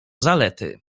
zalety